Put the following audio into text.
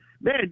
Man